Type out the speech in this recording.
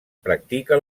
practica